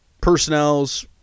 Personnel's